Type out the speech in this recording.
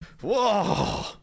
Whoa